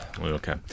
Okay